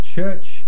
Church